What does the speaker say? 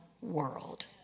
world